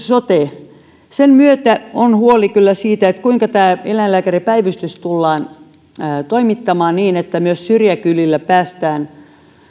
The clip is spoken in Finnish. sote uudistus sen myötä on huoli kyllä siitä kuinka tämä eläinlääkäripäivystys tullaan toimittamaan niin että myös syrjäkylillä päästään